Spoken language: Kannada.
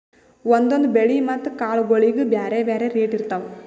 ಒಂದೊಂದ್ ಬೆಳಿ ಮತ್ತ್ ಕಾಳ್ಗೋಳಿಗ್ ಬ್ಯಾರೆ ಬ್ಯಾರೆ ರೇಟ್ ಇರ್ತವ್